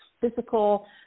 physical